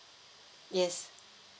yes